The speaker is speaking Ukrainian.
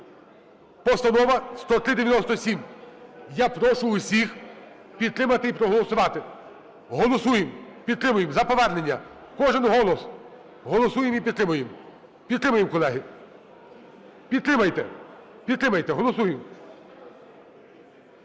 Постанова 10397. Я прошу усіх підтримати і проголосувати. Голосуємо. Підтримуємо за повернення. Кожен голос. Голосуємо і підтримуємо. Підтримуємо, колеги. Підтримайте. Підтримайте. Голосуємо.